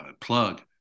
plug